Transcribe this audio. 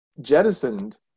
jettisoned